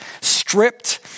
stripped